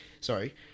sorry